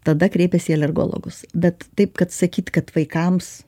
tada kreipiasi į alergologus bet taip kad sakyt kad vaikams